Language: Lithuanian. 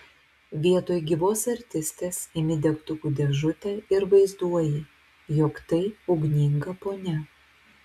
vietoj gyvos artistės imi degtukų dėžutę ir vaizduoji jog tai ugninga ponia